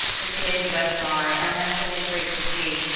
for today's webinar, and that's really great to see.